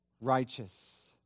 Righteous